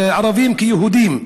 ערבים כיהודים.